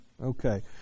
Okay